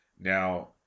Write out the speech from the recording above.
Now